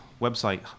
website